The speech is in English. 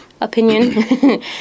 opinion